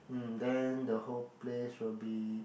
mm then the whole place will be